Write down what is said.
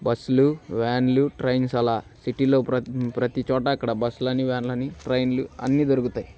బస్సులు వ్యాన్లు ట్రైన్స్ అలా సిటీలో ప్ర ప్రతి చోట అక్కడ బస్సులు అని వ్యాన్లని ట్రైన్లో అన్నీ దొరుకుతాయయి